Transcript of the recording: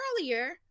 earlier